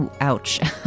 Ouch